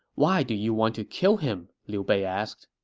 why do you want to kill him? liu bei asked